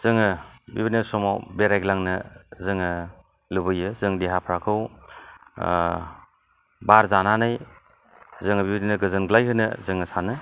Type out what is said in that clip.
जोङो बिबायदि समाव बेरायग्लांनो जोङो लुबैयो जों देहाफ्राखौ बार जानानै जोङो बिदिनो जोङो गोजोनग्लाय होनो जोङो सानो